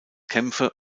kämpfe